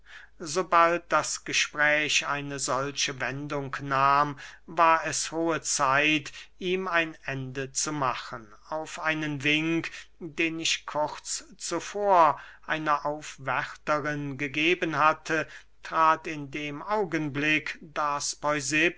sobald das gespräch eine solche wendung nahm war es hohe zeit ihm ein ende zu machen auf einen wink den ich kurz zuvor einer aufwärterin gegeben hatte trat in dem augenblick da